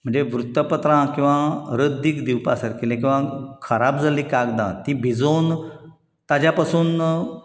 म्हणजे वृत्तपत्रां किंवा रद्दीक दिवपा सारकेलें किंवा खराब जाल्लीं कागदां ती भिजोवन ताचे पसून